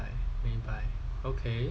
明白 okay